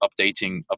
updating